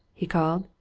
he called.